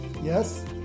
Yes